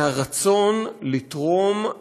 מהרצון לתרום,